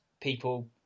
people